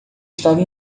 estava